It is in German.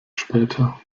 später